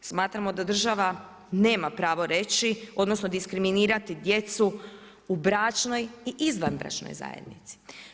Smatramo da država nema pravo reći, odnosno, diskriminirati djecu u bračnoj i izvanbračnoj zajednici.